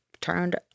turned